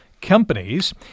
Companies